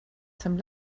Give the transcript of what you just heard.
some